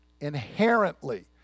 Inherently